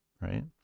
Right